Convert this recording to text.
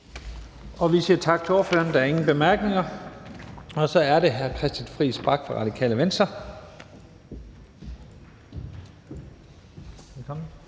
Vi siger tak til ordføreren. Der er ingen korte bemærkninger. Så er det hr. Christian Friis Bach fra Radikale Venstre.